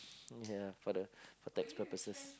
ya for the for tax purposes